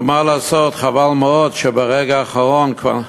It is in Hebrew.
אבל מה לעשות, חבל מאוד שברגע האחרון כבר,